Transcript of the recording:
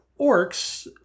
orcs